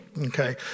Okay